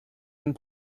and